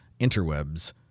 interwebs